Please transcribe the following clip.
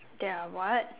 there are what